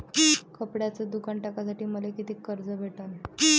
कपड्याचं दुकान टाकासाठी मले कितीक कर्ज भेटन?